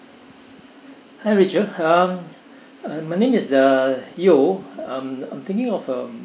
hi rachel um uh my name is uh yeo um I'm thinking of um